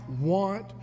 want